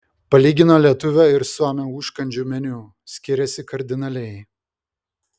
palygino lietuvio ir suomio užkandžių meniu skiriasi kardinaliai